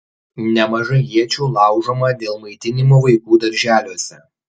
nemažai iečių laužoma dėl maitinimo vaikų darželiuose